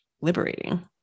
liberating